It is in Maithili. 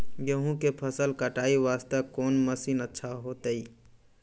गेहूँ के फसल कटाई वास्ते कोंन मसीन अच्छा होइतै?